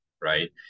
right